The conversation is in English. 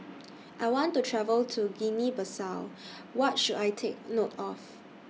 I want to travel to Guinea Bissau What should I Take note of